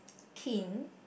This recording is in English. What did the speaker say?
keen